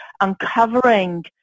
uncovering